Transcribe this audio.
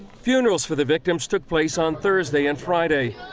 funerals for the victims took place on thursday and friday.